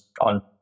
on